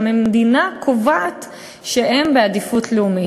שהמדינה קובעת שהם בעדיפות לאומית.